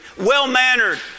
well-mannered